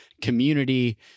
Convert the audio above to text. community